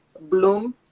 bloom